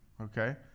Okay